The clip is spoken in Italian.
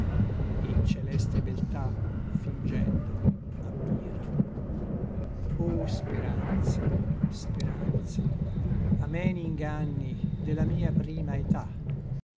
e celeste beltà fingendo ammira o speranze speranze ameni inganni della mia prima età